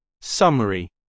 Summary